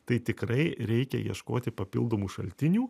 tai tikrai reikia ieškoti papildomų šaltinių